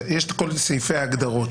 יש את כל סעיפי ההגדרות,